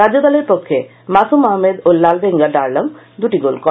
রাজ্যদলের পক্ষে মাসুম আহমেদ ও লালভেঙ্গা ডার্লং দুটি গোল করে